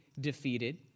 defeated